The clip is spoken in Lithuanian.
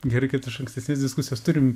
gerai kad iš ankstesnės diskusijos turim